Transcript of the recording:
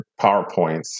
PowerPoints